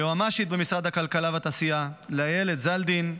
ליועמ"שית במשרד הכלכלה והתעשייה איילת זלדין,